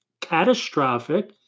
catastrophic